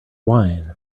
wine